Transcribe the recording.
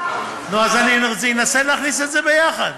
נו, אז אני אנסה להכניס את זה ביחד.